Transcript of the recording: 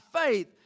faith